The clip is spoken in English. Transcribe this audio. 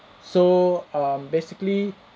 so um basically